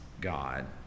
God